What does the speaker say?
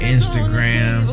Instagram